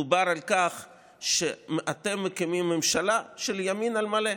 דובר על כך שאתם מקימים ממשלה של ימין על מלא,